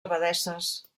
abadesses